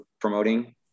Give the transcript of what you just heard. promoting